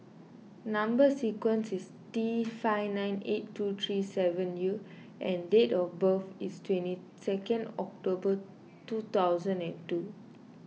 Number Sequence is T five nine eight two three seven U and date of birth is twenty second October two thousand and two